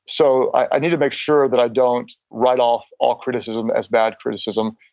so i need to make sure that i don't write off all criticism as bad criticism.